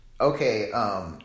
okay